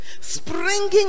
springing